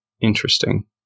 Interesting